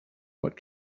what